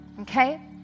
Okay